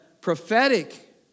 prophetic